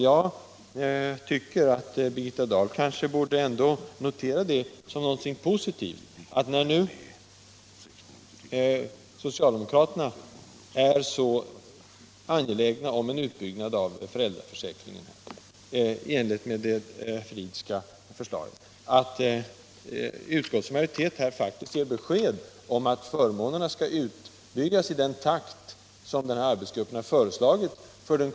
Jag tycker att Birgitta Dahl borde notera som något positivt, när nu socialdemokraterna är så angelägna om en utbyggnad av föräldraförsäkringen i enlighet med det Fridhska förslaget, att utskottsmajoriteten här faktiskt ger besked om att förmånerna under den kommande valperioden skall utbyggas i den takt som denna arbetsgrupp har föreslagit.